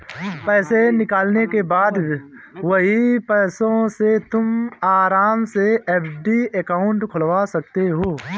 पैसे निकालने के बाद वही पैसों से तुम आराम से एफ.डी अकाउंट खुलवा सकते हो